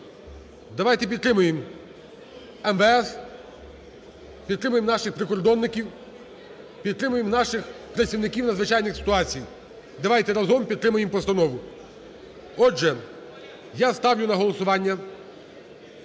Давайте підтримаємо МВС, підтримаємо наших прикордонників, підтримаємо наших працівників надзвичайних ситуацій, давайте разом підтримаємо постанову. Отже, я ставлю на голосування